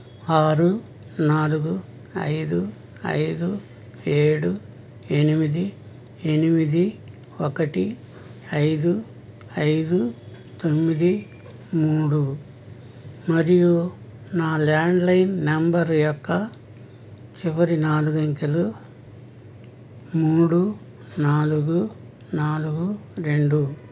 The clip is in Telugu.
ఆరు నాలుగు ఐదు ఐదు ఏడు ఎనిమిది ఎనిమిది ఒకటి ఐదు ఐదు తొమ్మిది మూడు మరియు నా ల్యాండ్లైన్ నెంబర్ యొక్క చివరి నాలుగు అంకెలు మూడు నాలుగు నాలుగు రెండు